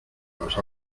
los